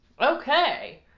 Okay